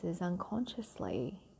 unconsciously